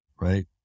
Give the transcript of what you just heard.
right